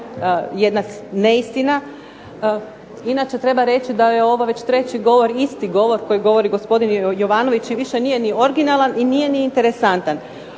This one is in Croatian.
jedna neistina, inače treba reći da je ovo već treći govor, isti govor koji govori gospodin Jovanović i više nije ni originalan, i nije ni interesantan.